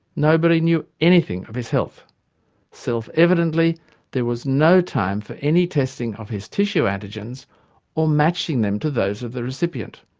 nobody knew anything of his health self-evidently there no time for any testing of his tissue antigens or matching them to those of the recipient.